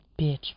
bitch